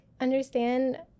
understand